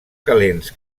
calents